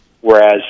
Whereas